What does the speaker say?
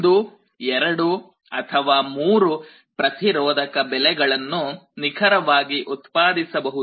1 2 ಅಥವಾ 3 ಪ್ರತಿರೋಧಕ ಬೆಲೆಗಳನ್ನು ನಿಖರವಾಗಿ ಉತ್ಪಾದಿಸಬಹುದು